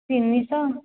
ତିନିଶହ